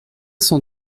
cent